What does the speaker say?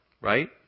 right